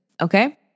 okay